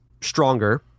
stronger